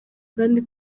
kandi